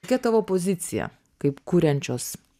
kokia tavo pozicija kaip kuriančios